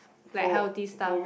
like healthy stuff